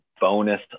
bonus